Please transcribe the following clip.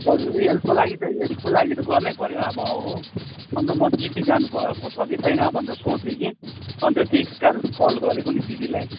हजुर हेल्थको लागि चाहिँ हेल्थको लागि त गर्नैपर्यो अब हो अन्त म दिदी जानुभएको छ कि छैन भनेर सोचेँ कि अन्त त्यही कारण कल गरेको नि दिदीलाई